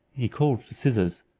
he called for scissors,